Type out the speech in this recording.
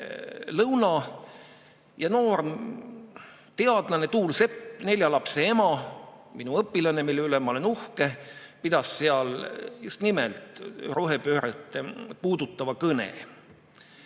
lõuna ja noor teadlane Tuul Sepp, nelja lapse ema – minu õpilane, selle üle ma olen uhke –, pidas seal just nimelt rohepööret puudutava kõne.